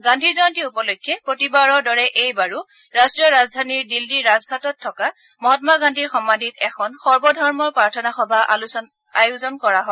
গান্ধী জয়ন্তী উপলক্ষে প্ৰতিবাৰৰ দৰে এইবাৰো ৰাট্টীয় ৰাজধানী দিল্লীৰ ৰাজঘাটত থকা মহাম্মা গান্ধীৰ সমাধিত এখন সৰ্বধৰ্ম প্ৰাৰ্থনা সভাৰ আয়োজন কৰা হয়